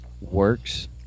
works